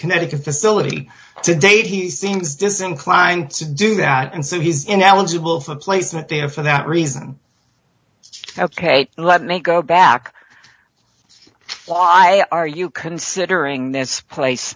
connecticut facility to date he seems disinclined to do that and so he's ineligible for placement there for that reason ok let me go back why are you considering this place